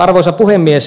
arvoisa puhemies